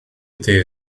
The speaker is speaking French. été